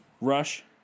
Rush